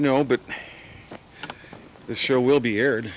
no but the show will be aired